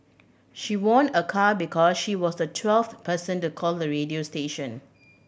she won a car because she was the twelfth person to call the radio station